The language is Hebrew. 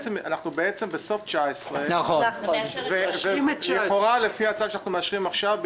בעצם בסוף שנת 2019 ולכאורה לפי הצו שאנחנו מאשרים עכשיו,